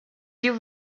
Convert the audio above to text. you